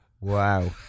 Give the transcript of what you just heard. Wow